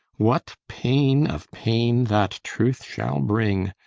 what pain of pain that truth shall bring!